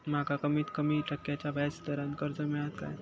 माका कमीत कमी टक्क्याच्या व्याज दरान कर्ज मेलात काय?